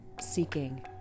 seeking